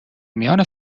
میان